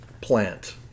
plant